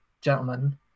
gentlemen